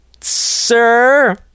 sir